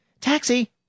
Taxi